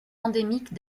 endémiques